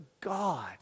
God